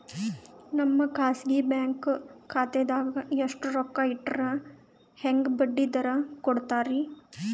ನಮ್ಮ ಖಾಸಗಿ ಬ್ಯಾಂಕ್ ಖಾತಾದಾಗ ಎಷ್ಟ ರೊಕ್ಕ ಇಟ್ಟರ ಹೆಂಗ ಬಡ್ಡಿ ದರ ಕೂಡತಾರಿ?